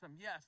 Yes